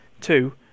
Two